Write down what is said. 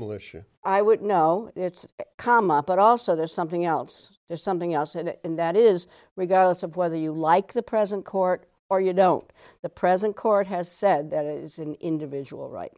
militia i would know it's come up but also there's something else there's something else and that is regardless of whether you like the present court or you don't the present court has said that it is an individual right